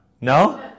No